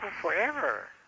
forever